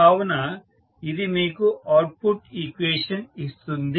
కావున ఇది మీకు అవుట్పుట్ ఈక్వేషన్ ఇస్తుంది